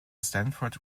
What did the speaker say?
stanford